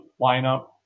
lineup